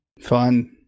Fun